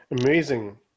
amazing